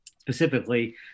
specifically